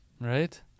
Right